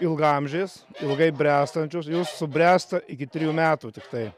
ilgaamžės ilgai bręstančios jos subręsta iki trijų metų tiktai